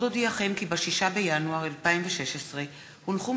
עוד אודיעכם כי ב-6 בינואר 2016 הונחו